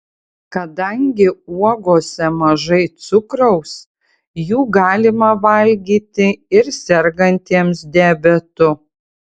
kadangi uogose mažai cukraus jų galima valgyti ir sergantiems diabetu